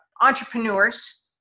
entrepreneurs